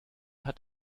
hat